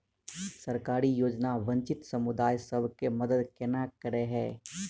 सरकारी योजना वंचित समुदाय सब केँ मदद केना करे है?